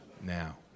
now